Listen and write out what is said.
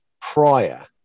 prior